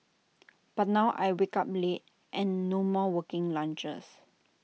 but now I wake up late and no more working lunches